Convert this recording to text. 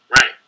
Right